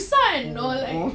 oo !oof!